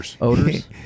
Odors